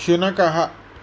शुनकः